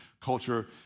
culture